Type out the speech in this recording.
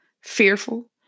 fearful